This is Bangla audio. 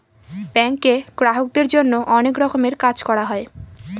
ব্যাঙ্কে গ্রাহকদের জন্য অনেক রকমের কাজ করা হয়